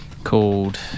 called